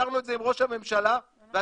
יהיה לך זמן להצביע עד 16:00. אני